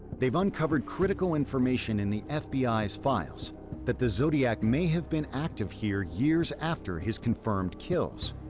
they've uncovered critical information in the fbi's files that the zodiac may have been active here years after his confirmed kills,